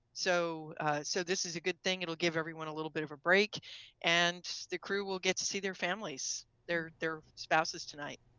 so so this is a good thing. it will give everyone a bit of a break and the crew will get to see their families, their their spouses tonight.